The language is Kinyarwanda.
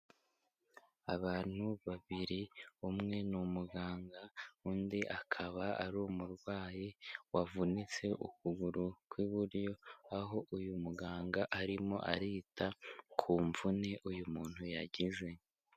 Abantu babiri, umwe ni umuganga undi akaba ari umurwayi wavunitse ukuguru kw'iburyo, aho uyu muganga arimo arita ku mvune uyu muntu yagize.